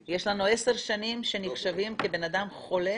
יש לנו עשר שנים שנחשבים כבן אדם חולה?